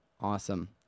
Awesome